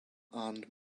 and